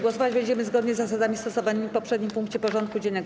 Głosować będziemy zgodnie z zasadami stosowanymi w poprzednim punkcie porządku dziennego.